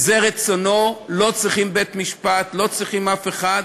זה רצונו, לא צריכים בית-משפט, לא צריכים אף אחד.